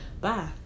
bye